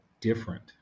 different